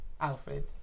Alfred